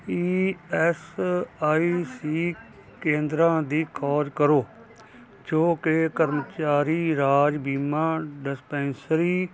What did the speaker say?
E S I C ਕੇਂਦਰਾਂ ਦੀ ਖੋਜ ਕਰੋ ਜੋ ਕਿ ਕਰਮਚਾਰੀ ਰਾਜ ਬੀਮਾ ਡਿਸਪੈਂਸਰੀ